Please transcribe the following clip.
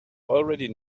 already